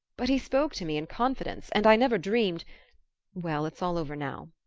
but he spoke to me in confidence and i never dreamed well, it's all over now.